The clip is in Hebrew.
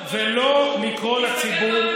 ולא לקרוא לציבור,